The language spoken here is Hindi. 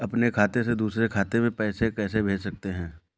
अपने खाते से दूसरे खाते में पैसे कैसे भेज सकते हैं?